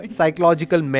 Psychological